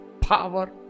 power